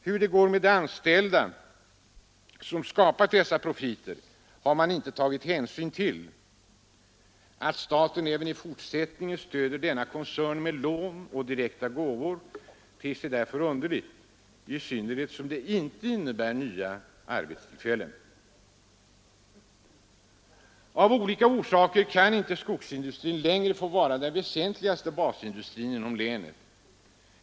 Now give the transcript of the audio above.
Hur det går med de anställda som skapat dessa profiter har man inte tagit hänsyn till. Att staten även i fortsättningen stöder denna koncern med lån och direkta gåvor ter sig därför underligt, i synnerhet som det inte innebär några nya arbetstillfällen. Av olika orsaker kan inte skogsindustri längre få vara den väsentligaste basindustrin inom länet.